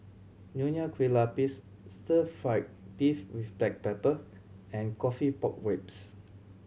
Nonya Kueh Lapis stir fried beef with black pepper and coffee pork ribs